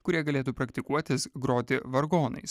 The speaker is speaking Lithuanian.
kurie galėtų praktikuotis groti vargonais